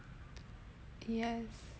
yes